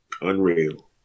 Unreal